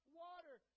water